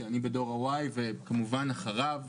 אני בן דור ה-Y וכמובן אחריו,